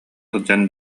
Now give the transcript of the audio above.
сылдьан